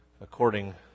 according